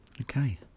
okay